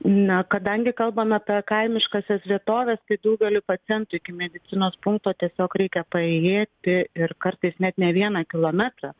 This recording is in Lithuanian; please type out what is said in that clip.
na kadangi kalbam apie kaimiškąsias vietoves daugeliui pacientų iki medicinos punkto tiesiog reikia paėjėti ir kartais net ne vieną kilometrą